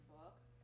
books